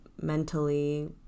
mentally